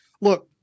look